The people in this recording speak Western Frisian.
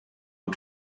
oan